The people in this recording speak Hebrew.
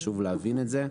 חשוב להבין את זה,